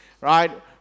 right